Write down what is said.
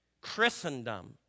Christendom